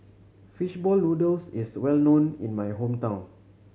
fish ball noodles is well known in my hometown